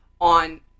on